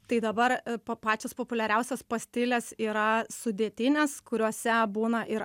tai dabar pa pačios populiariausios pastilės yra sudėtinės kuriose būna ir